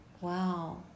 Wow